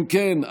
אם כן,